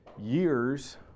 years